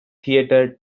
theatre